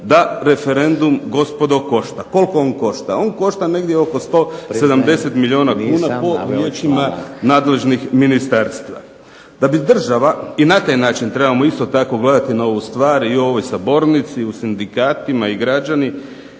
da referendum gospodo košta. Koliko on košta? On košta negdje oko 170 milijuna kuna po riječima nadležnih ministarstava. Da bi država i na taj način isto tako gledati ovu stvar i u ovoj sabornici i u sindikatima i građani